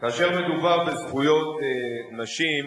כאשר מדובר בזכויות נשים,